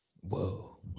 Whoa